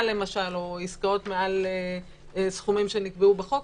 למשל או עסקאות מעל סכומים שנקבעו בחוק,